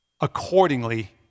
accordingly